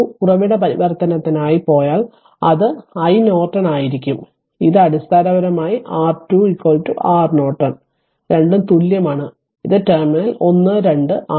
ഉറവിട പരിവർത്തനത്തിനായി പോയാൽ അത് r iNorton ആയിരിക്കും ഇത് r അടിസ്ഥാനപരമായി R2 R Norton രണ്ടും തുല്യമാണ് ഇത് ടെർമിനൽ 1 2 ആണ്